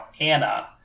Anna